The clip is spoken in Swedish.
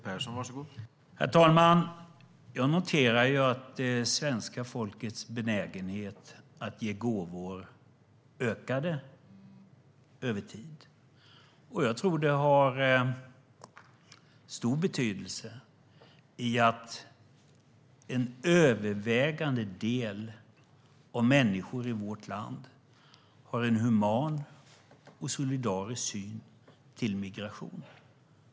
Herr talman! Jag noterar att svenska folkets benägenhet att ge gåvor ökade över tid, och jag tror att det har stor betydelse. En övervägande del av människorna i vårt land har en human och solidarisk syn på migration.